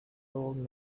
old